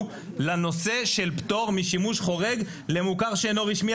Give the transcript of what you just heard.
לנושא של פטור משימוש חורג למוכר שאינו רשמי.